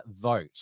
vote